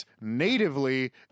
natively